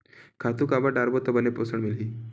खातु काबर डारबो त बने पोषण मिलही?